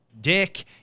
Dick